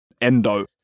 Endo